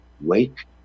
wake